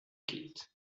kit